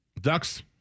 Ducks